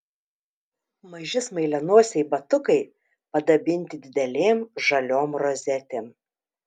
maži smailianosiai batukai padabinti didelėm žaliom rozetėm